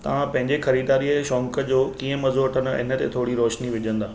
तव्हां पंहिंजे ख़रीदारीअ जे शौक़ जो कीअं मज़ो वठंदा इन ते थोरी रोशनी विझंदा